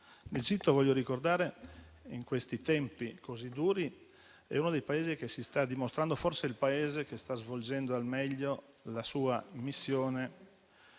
Africa. Voglio ricordare che, in questi tempi così duri, l'Egitto è uno dei Paesi che si sta dimostrando migliore forse il Paese che sta svolgendo al meglio la sua missione